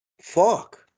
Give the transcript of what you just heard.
Fuck